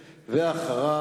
ואחריו,